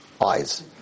eyes